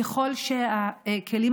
ככל שהכלים